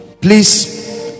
please